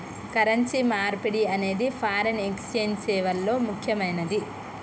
currency మార్పిడి అనేది foreign exchange సేవల్లో ముక్కెమైనది